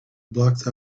blots